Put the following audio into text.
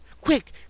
Quick